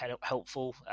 helpful